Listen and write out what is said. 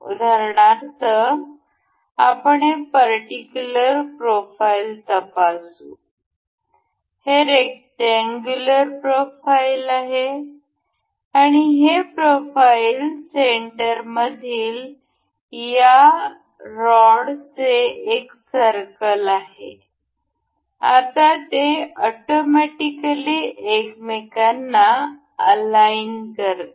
उदाहरणार्थ आपण हे पर्टिक्युलर प्रोफाइल तपासू हे रेक्टअंगुलर प्रोफाइल आणि हे प्रोफाइल सेंटरमधील या रॉडचे एक सर्कल आहे आता ते ऑटोमॅटिकली एकमेकांना अलाईन करते